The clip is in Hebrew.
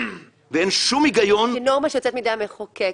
ואין שום הגיון --- זו נורמה שיוצאת מאת המחוקק.